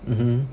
mmhmm